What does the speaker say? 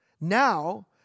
now